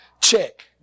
check